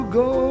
go